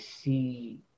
see